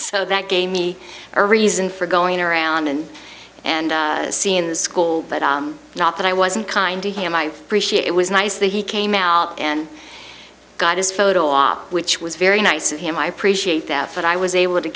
so that gave me a reason for going around and seeing the school not that i wasn't kind to him i appreciate it was nice that he came out and got his photo op which was very nice of him i appreciate that but i was able to